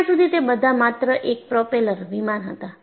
ત્યાં સુધી તે બધા માત્ર એક પ્રોપેલર વિમાન હતા